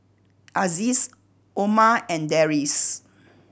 Aziz Omar and Deris